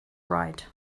right